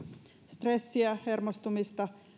stressiä hermostumista